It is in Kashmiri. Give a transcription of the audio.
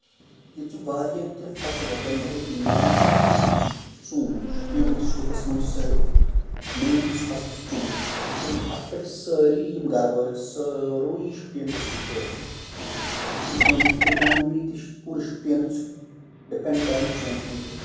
ییٚتہِ چھُ واریاہ کیٚنٛہہ فصٕل وۄپدان مَگر یُس مین فصٕل چھُ نہ سُہ چھُ ژوٗنٛٹھ شُوپین ڈِسٹرکٹس منٛز چھُ ساروی کھۄتہٕ مین یُس فَصٕل چھُ ژوٗنٛٹھ أمۍ اَتھ پٮ۪ٹھ چھِ سٲری یِم گرٕ وٲلۍ چھِ سورُے شُوپِین ڈِسٹرک چھُ أتھۍ پٮ۪ٹھ اِکونمی تہِ چھِ پوٗرٕ شُوپینٕچ ڈِپینڈ کَران ژوٗنٛٹھنٕے پٮ۪ٹھ